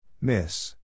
Miss